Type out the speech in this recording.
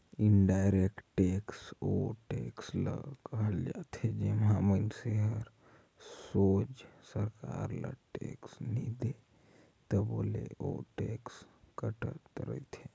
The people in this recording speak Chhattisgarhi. इनडायरेक्ट टेक्स ओ टेक्स ल कहल जाथे जेम्हां मइनसे हर सोझ सरकार ल टेक्स नी दे तबो ले ओ टेक्स कटत रहथे